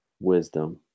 wisdom